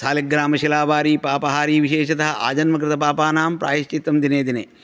शालग्रामशिलावारि पापाहारि विशेषतः आजन्मकृतपापानां प्रायश्चित्तं दिने दिने